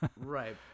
Right